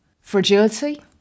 fragility